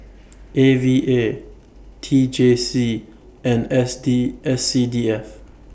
A V A T J C and S D S C D F